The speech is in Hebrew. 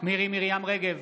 מירי מרים רגב,